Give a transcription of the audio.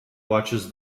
watches